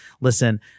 listen